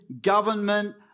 government